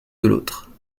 l’autre